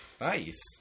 Nice